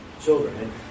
children